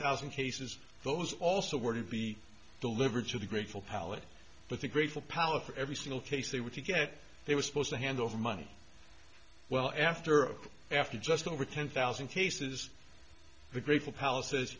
thousand cases those also were to be delivered to the grateful palate but the grateful palate for every single case they were to get it they were supposed to hand over money well after after just over ten thousand cases the grateful palace